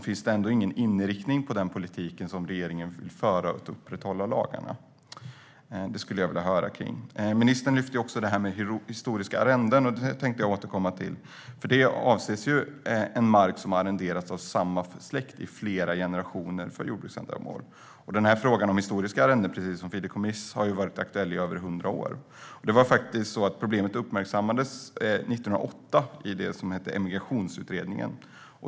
Finns det ingen inriktning på den politik som regeringen vill föra för att upprätthålla lagarna? Det skulle jag vilja höra lite om. Ministern lyfter också upp det här med historiska arrenden, och det vill jag återkomma till. Med historiska arrenden avses mark som arrenderats av samma släkt i flera generationer för jordbruksändamål. Frågan om historiska arrenden, precis som fideikommiss, har varit aktuell i över hundra år. Problemet uppmärksammades 1908 i Emigrationsutredningen.